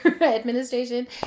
administration